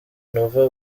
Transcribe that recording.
nova